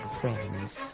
friends